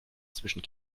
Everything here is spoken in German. zwischen